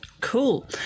Cool